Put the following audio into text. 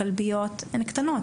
הכלביות הן קטנות,